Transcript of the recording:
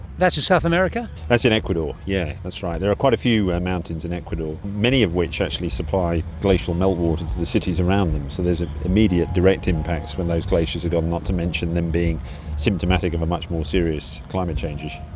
that's in south america? that's in ecuador, yes, yeah that's right. there are quite a few mountains in ecuador, many of which actually supply glacial meltwater to the cities around them, so there's ah immediate direct impacts when those glaciers are gone, not to mention them being symptomatic of a much more serious climate change issue.